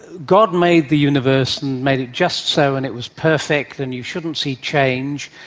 god made the universe and made it just so and it was perfect and you shouldn't see change.